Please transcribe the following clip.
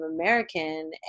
American